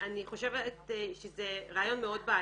אני חושבת שזה רעיון מאוד בעייתי.